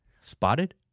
Spotted